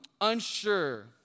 unsure